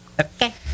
okay